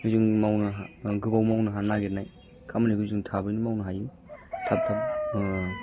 जों मावनो हा गोबाव मावनो हानाय नागिरनाय खामानिखौ जों थाबैनो मावनो हायो थाब थाब